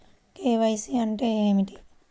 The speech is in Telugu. కే.వై.సి అంటే ఏమి?